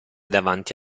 davanti